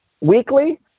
weekly